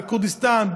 בכורדיסטן,